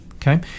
Okay